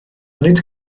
nid